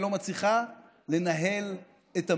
היא לא מצליחה לנהל את המדינה.